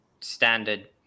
standard